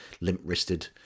limp-wristed